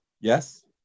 Yes